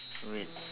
wait